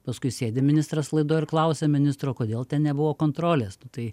paskui sėdi ministras laidoj ir klausia ministro kodėl ten nebuvo kontrolės tai